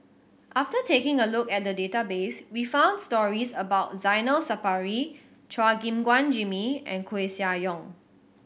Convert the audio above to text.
after taking a look at the database we found stories about Zainal Sapari Chua Gim Guan Jimmy and Koeh Sia Yong